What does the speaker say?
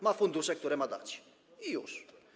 Ma fundusze, które ma dać, i już.